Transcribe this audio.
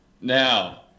Now